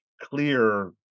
clear